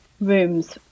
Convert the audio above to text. rooms